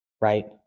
right